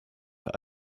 der